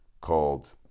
called